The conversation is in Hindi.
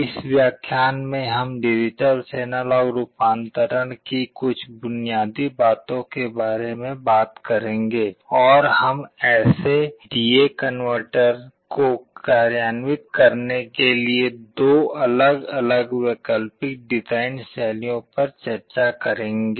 इस व्याख्यान में हम डिजिटल से एनालॉग रूपांतरण की कुछ बुनियादी बातों के बारे में बात करेंगे और हम ऐसे D A converter DA converters को क्रियान्वित करने के लिए दो अलग अलग वैकल्पिक डिजाइन शैलियों पर चर्चा करेंगे